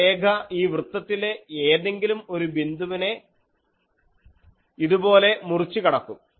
ആ രേഖ ഈ വൃത്തത്തിലെ ഏതെങ്കിലും ഒരു ബിന്ദുവിനെ ഇതുപോലെ മുറിച്ചു കടക്കും